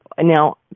Now